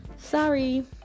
Sorry